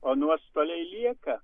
o nuostoliai lieka